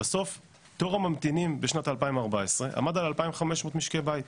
בסוף תור הממתינים בשנת 2014 עמד על 2,500 משקי בית.